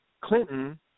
Clinton